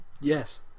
Yes